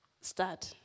start